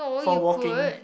for walking